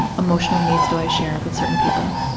and emotional needs do i share with certain people,